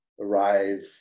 arrive